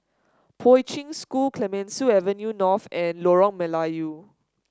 Poi Ching School Clemenceau Avenue North and Lorong Melayu